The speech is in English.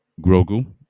Grogu